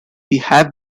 we’ve